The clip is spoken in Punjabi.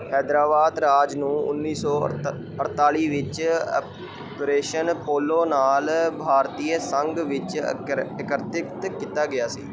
ਹੈਦਰਾਬਾਦ ਰਾਜ ਨੂੰ ਉੱਨੀ ਸੌ ਅਠ ਅਠਤਾਲੀ ਵਿੱਚ ਅਪ ਰੇਸ਼ਨ ਪੋਲੋ ਨਾਲ ਭਾਰਤੀ ਸੰਘ ਵਿੱਚ ਅਕ੍ਰਿ ਏਕੀਕ੍ਰਿਤ ਕੀਤਾ ਗਿਆ ਸੀ